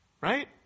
Right